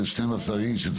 זה 12 אנשים.